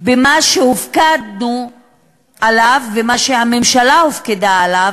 במה שהופקדנו עליו ובמה שהממשלה הופקדה עליו,